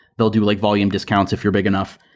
they'll do like volume discounts if you're big enough,